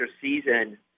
season